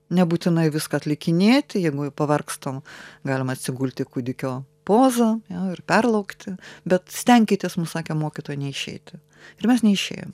nebūtinai viską atlikinėti jeigu pavargstam galima atsigulti kūdikio pozą ir perlaukti bet stenkitės mums sakė mokytoja neišeiti ir mes neišėjom